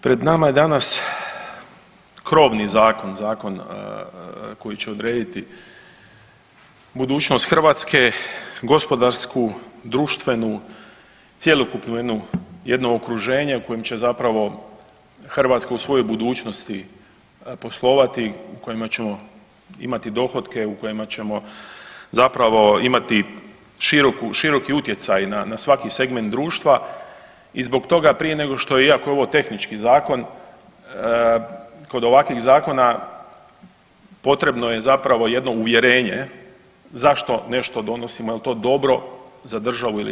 Pred nama je danas krovni zakon, zakon koji će odrediti budućnost Hrvatske, gospodarsku, društvenu, cjelokupnu jedno okruženje u kojem će zapravo Hrvatska u svojoj budućnosti poslovati, u kojima ćemo imati dohotke, u kojima ćemo zapravo imati široki utjecaj na svaki segment društva i zbog toga prije nego što, iako je ovo tehnički zakon, kod ovakvih zakona potrebno je zapravo jedno uvjerenje zašto nešto donosimo, je li to dobro za državu ili nije.